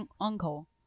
uncle